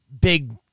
big